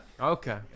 okay